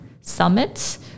summits